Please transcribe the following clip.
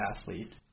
athlete